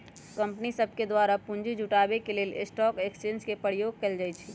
कंपनीय सभके द्वारा पूंजी जुटाबे के लेल स्टॉक एक्सचेंज के प्रयोग कएल जाइ छइ